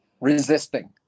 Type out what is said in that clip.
resisting